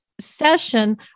session